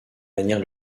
manière